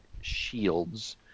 Shields